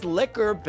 liquor